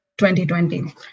2020